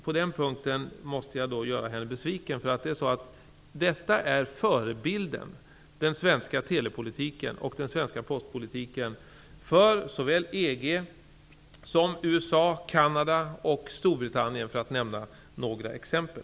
På den punkten måste jag göra henne besviken. Den svenska telepolitiken och den svenska postpolitiken är nämligen förebilder för såväl EG, bl.a. Storbritannien, som USA och Canada, för att nämna några exempel.